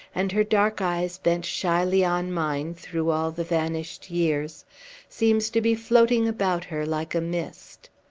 and her dark eyes bent shyly on mine, through all the vanished years seems to be floating about her like a mist.